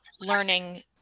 learning